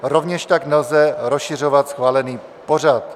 Rovněž tak nelze rozšiřovat schválený pořad.